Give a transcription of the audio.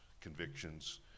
convictions